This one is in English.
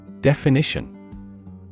Definition